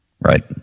Right